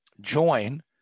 join